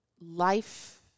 life